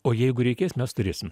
o jeigu reikės mes turėsim